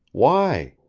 why?